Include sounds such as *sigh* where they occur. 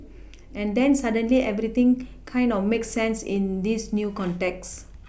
*noise* and then suddenly everything kind of makes sense in this new context *noise*